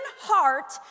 heart